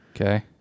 okay